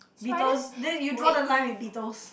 beetles then you draw the line with beetles